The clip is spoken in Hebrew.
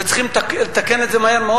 וצריכים לתקן את זה מהר מאוד.